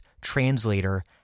translator